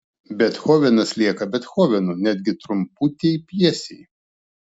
bethovenas lieka bethovenu netgi trumputėj pjesėj